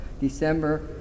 December